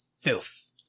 filth